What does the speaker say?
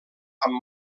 amb